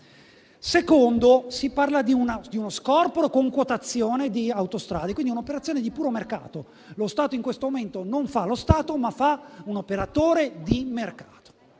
luogo, si parla di uno scorporo con quotazione di autostrade, cioè di un'operazione di puro mercato. Lo Stato in questo momento non fa lo Stato ma si comporta come un operatore di mercato.